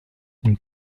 une